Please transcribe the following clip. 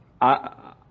I-